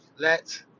Let